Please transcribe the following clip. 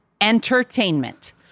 entertainment